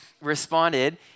responded